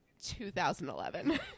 2011